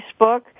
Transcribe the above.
Facebook